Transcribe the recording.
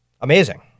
Amazing